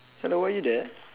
hello are you there